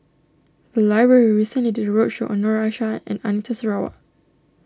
the library recently did a roadshow on Noor Aishah and Anita Sarawak